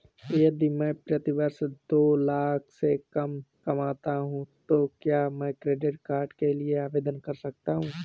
यदि मैं प्रति वर्ष दो लाख से कम कमाता हूँ तो क्या मैं क्रेडिट कार्ड के लिए आवेदन कर सकता हूँ?